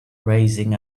raising